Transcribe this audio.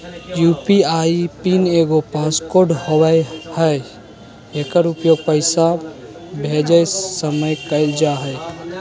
UPI PIN एगो passcode होबो हइ एकर उपयोग पैसा भेजय समय कइल जा हइ